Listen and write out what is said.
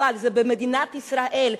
אבל זה במדינת ישראל.